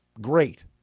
great